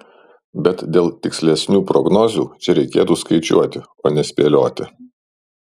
bet dėl tikslesnių prognozių čia reikėtų skaičiuoti o ne spėlioti